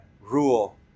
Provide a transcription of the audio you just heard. rule